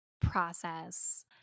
process